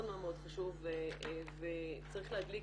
מאוד מאוד חשוב וצריך להדליק